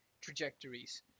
trajectories